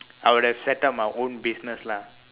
I would have set up my own business lah